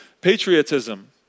patriotism